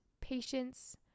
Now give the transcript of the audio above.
patience